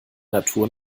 natur